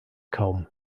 kaum